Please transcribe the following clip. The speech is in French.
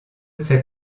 sais